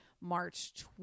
March